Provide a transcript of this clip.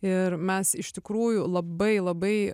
ir mes iš tikrųjų labai labai